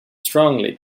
strongly